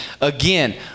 Again